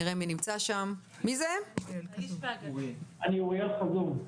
אני אוריאל כזום,